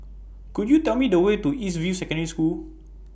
Could YOU Tell Me The Way to East View Secondary School